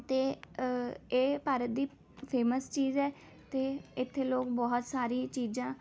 ਅਤੇ ਇਹ ਭਾਰਤ ਦੀ ਫ਼ੇਮਸ ਚੀਜ਼ ਹੈ ਅਤੇ ਇੱਥੇ ਲੋਕ ਬਹੁਤ ਸਾਰੀ ਚੀਜ਼ਾਂ